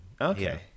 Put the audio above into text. Okay